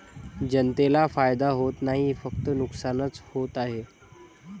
जनतेला फायदा होत नाही, फक्त नुकसानच होत आहे